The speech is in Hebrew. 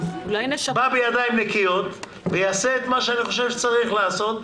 אני בא בידיים נקיות ואעשה את מה שאני חושב שצריך לעשות,